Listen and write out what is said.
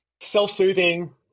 self-soothing